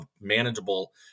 manageable